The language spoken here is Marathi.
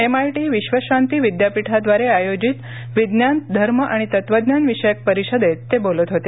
एमआयटी विश्वशांती विद्यापीठाद्वारे आयोजित विज्ञान धर्म आणि तत्त्वज्ञान विषयक परिषदेत ते बोलत होते